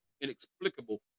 inexplicable